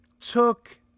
took